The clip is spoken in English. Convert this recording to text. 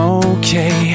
okay